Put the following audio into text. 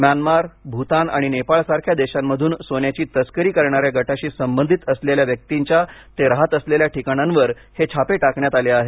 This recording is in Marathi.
म्यानमार भूतान आणि नेपाळसारख्या देशांमधून सोन्याची तस्करी करणाऱ्या गटाशी संबंधित असलेल्या व्यक्तींच्या ते राहत असलेल्या ठिकाणांवर हे छापे टाकण्यात आले आहेत